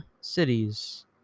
cities